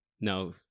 no